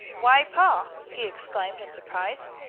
why, pa, he exclaimed in surprise,